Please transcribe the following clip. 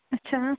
اچھا